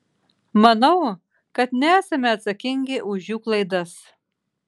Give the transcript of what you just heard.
manau kad nesame atsakingi už jų klaidas